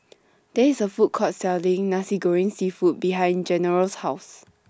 There IS A Food Court Selling Nasi Goreng Seafood behind General's House